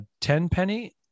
Tenpenny